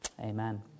Amen